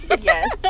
yes